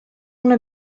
una